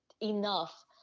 enough